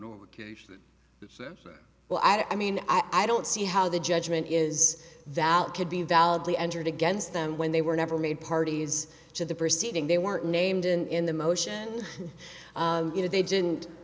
know well i mean i don't see how the judgment is that it could be validly entered against them when they were never made parties to the proceeding they weren't named in the motion you know they didn't